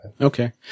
Okay